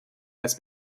als